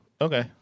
Okay